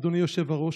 אדוני היושב-ראש,